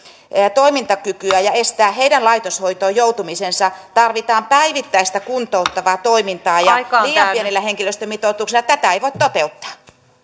toimintakykyä ja estää heidän laitoshoitoon joutumisensa tarvitaan päivittäistä kuntouttavaa toimintaa ja liian pienellä henkilöstömitoituksella tätä ei voi toteuttaa